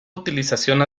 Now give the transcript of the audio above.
utilización